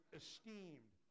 esteemed